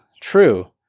true